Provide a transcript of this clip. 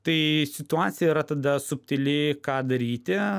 tai situacija yra tada subtili ką daryti